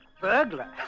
Burglar